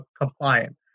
compliant